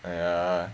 !aiya!